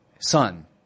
son